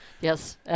yes